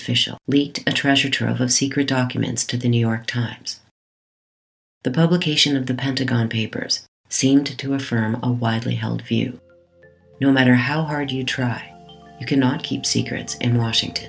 official leaked a treasure trove of secret documents to the new york times the publication of the pentagon papers seemed to affirm a widely held view no matter how hard you try you cannot keep secrets in washington